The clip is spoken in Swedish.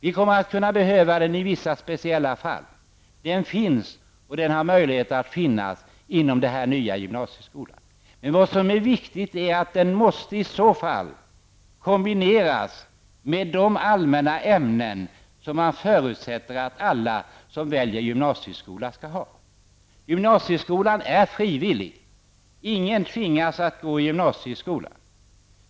Vi kommer att behöva den i vissa speciella fall. Den finns och har möjligheter att finnas inom den nya gymnasieskolan. Men vad som är viktigt är att den i så fall måste kombineras med de allmänna ämnen som man förutsätter att alla som väljer gymnasieskola skall ha. Gymnasieskolan är frivillig. Ingen tvingas att gå i gymnasieskola.